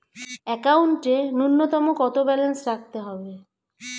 একাউন্টে নূন্যতম কত ব্যালেন্স রাখতে হবে?